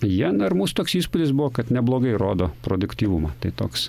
jie na ir mūsų toks įspūdis buvo kad neblogai rodo produktyvumą tai toks